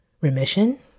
remission